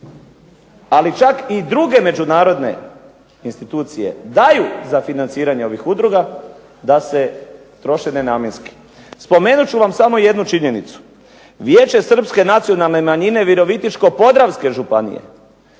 ali čak i druge međunarodne institucije daju za financiranje ovih udruga, da se troše nenamjenski. Spomenut ću vam samo jednu činjenicu. Vijeće Srpske nacionalne manjine Virovitičko-podravske županije